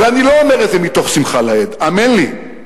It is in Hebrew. ואני לא אומר את זה מתוך שמחה לאיד, האמן לי.